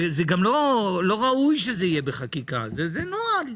גם לא ראוי שזה יהיה בחקיקה, זה נוהל.